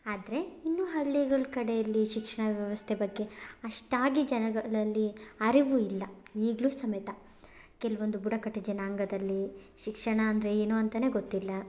ಆದರೆ ಇನ್ನೂ ಹಳ್ಳಿಗಳ್ ಕಡೆಯಲ್ಲಿ ಶಿಕ್ಷಣ ವ್ಯವಸ್ಥೆ ಬಗ್ಗೆ ಅಷ್ಟಾಗಿ ಜನಗಳಲ್ಲಿ ಅರಿವು ಇಲ್ಲ ಈಗಲೂ ಸಮೇತ ಕೆಲವೊಂದು ಬುಡಕಟ್ಟು ಜನಾಂಗದಲ್ಲಿ ಶಿಕ್ಷಣ ಅಂದರೆ ಏನು ಅಂತಾನೇ ಗೊತ್ತಿಲ್ಲ